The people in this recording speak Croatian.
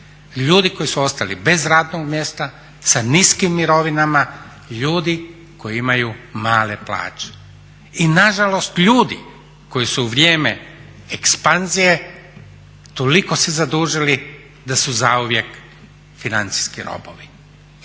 ljudi koji su ostali bez radnog mjesta, sa niskim mirovinama, ljudi koji imaju male plaće. I nažalost ljudi koji su u vrijeme ekspanzije toliko se zadužili da su zauvijek financijski robovi.